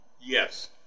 Yes